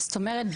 זאת אומרת,